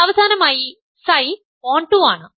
അവസാനമായി Ψ ഓൺടു ആണ്